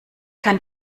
kann